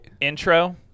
intro